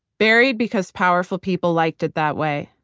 buried because powerful people liked it that way.